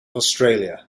australia